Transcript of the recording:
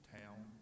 town